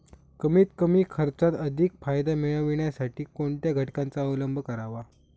कमीत कमी खर्चात अधिक फायदा मिळविण्यासाठी कोणत्या घटकांचा अवलंब करावा?